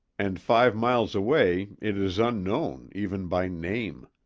and five miles away it is unknown, even by name.